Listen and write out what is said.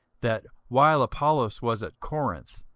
that, while apollos was at corinth,